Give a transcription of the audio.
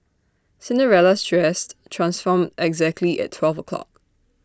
Cinderella's dress transformed exactly at twelve o'clock